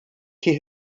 die